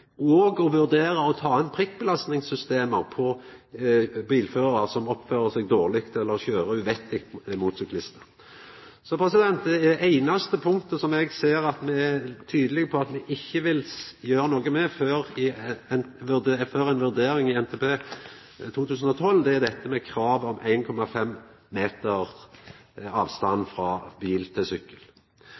me skal vurdera heile regelverket i samband med NTP, bl.a., og vurdera å ta inn prikkbelastingssystemet for bilførarar som oppfører seg dårleg eller kjører uvettig mot syklistane. Så det einaste punktet som eg ser at me er tydelege på at me ikkje vil gjera noko med før ei vurdering i NTP 2012, er dette med krav om 1,5 meter avstand frå bil til sykkel.